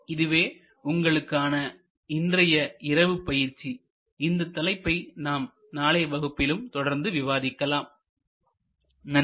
இதுவே உங்களுக்கான இன்றைய இரவு பயிற்சி இந்த தலைப்பை நாம் நாளைய வகுப்பிலும் தொடர்ந்து விவாதிக்கலாம் நன்றி